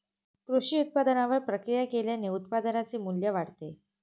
कृषी उत्पादनावर प्रक्रिया केल्याने उत्पादनाचे मू्ल्य वाढते